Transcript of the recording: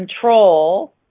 control